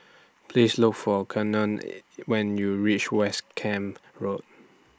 Please Look For Keaton when YOU REACH West Camp Road